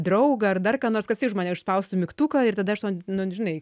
draugą ar dar ką nors kas už mane užspaustu mygtuką ir tada aš nu žinai